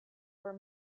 were